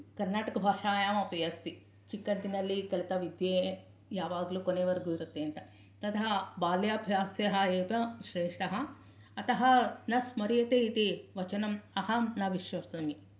कर्नाटकभाषायाम् अपि अस्ति चिकदन्नल्लि कलित विद्ये यावाग्लु कोनेविरेगु इरत्ते अन्ता तथा बाल्याभ्यासः एव श्रेष्ठः अतः न स्मर्यते इति वचनं अहं न विश्वसामि